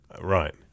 Right